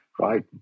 right